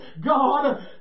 God